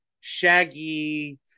shaggy